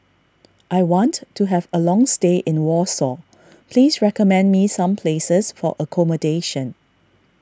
I want to have a long stay in Warsaw please recommend me some places for accommodation